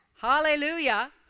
Hallelujah